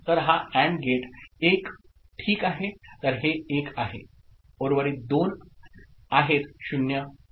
तर हा AND gate 1 ठीक आहे तर हे 1 आहे उर्वरित दोन आहेत 0 तर